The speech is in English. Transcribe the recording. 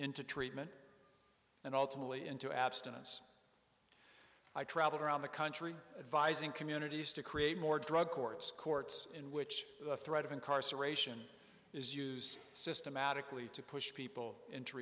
into treatment and ultimately into abstinence i traveled around the country advising communities to create more drug courts courts in which the threat of incarceration is used systematically to push people into